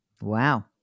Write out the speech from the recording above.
Wow